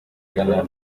ghana